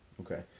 Okay